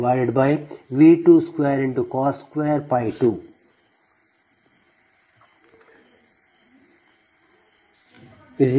782620